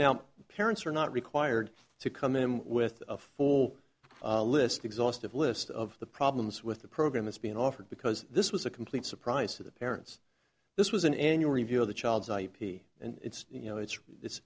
now parents are not required to come in with a full list exhaustive list of the problems with the program is being offered because this was a complete surprise to the parents this was an annual review of the child's ip and it's you know it's